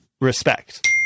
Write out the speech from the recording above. respect